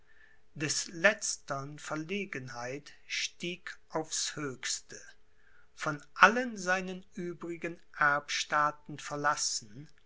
des letztern verlegenheit stieg aufs höchste von allen seinen übrigen erbstaaten verlassen